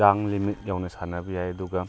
ꯆꯥꯡ ꯂꯤꯃꯤꯠ ꯌꯧꯅ ꯁꯥꯟꯅꯕ ꯌꯥꯏ ꯑꯗꯨꯒ